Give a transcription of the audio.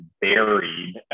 buried